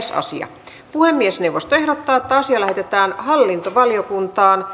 puhemiesneuvosto ehdottaa että asia lähetetään hallintovaliokuntaan